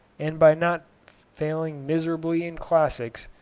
and by not failing miserably in classics,